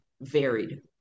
varied